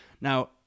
now